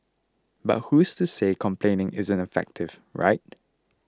but who's to say complaining isn't effective right